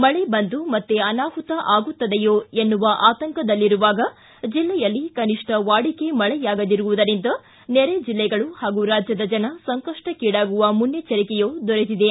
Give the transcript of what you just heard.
ಮಳೆ ಬಂದು ಮತ್ತೆ ಅನಾಹುತ ಆಗುತ್ತದೆಯೇ ಎನ್ನುವ ಆತಂಕದಲ್ಲಿರುವಾಗ ಜಿಲ್ಲೆಯಲ್ಲಿ ಕನಿಷ್ಠ ವಾಡಿಕೆ ಮಳೆಯಾಗದಿರುವುದರಿಂದ ನೆರೆ ಜಿಲ್ಲೆಗಳು ಹಾಗೂ ರಾಜ್ಯದ ಜನ ಸಂಕಪ್ಪಕ್ಷೀಡಾಗುವ ಮುನ್ನೆಚ್ಚರಿಕೆಯೂ ದೊರೆತಿದೆ